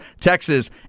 Texas